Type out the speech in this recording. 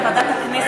לוועדת החינוך,